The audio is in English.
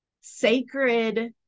sacred